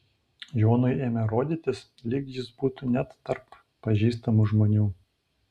jonui ėmė rodytis lyg jis būtų ne tarp pažįstamų žmonių